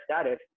status